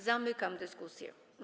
Zamykam dyskusję.